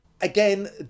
Again